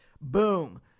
Boom